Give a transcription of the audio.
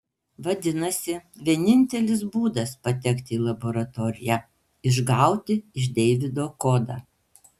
vadinasi vienintelis būdas patekti į laboratoriją išgauti iš deivido kodą